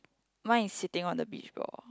mine is sitting on the beach ball